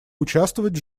участвовать